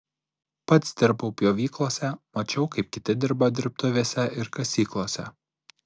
pats dirbau pjovyklose mačiau kaip kiti dirba dirbtuvėse ir kasyklose